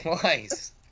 twice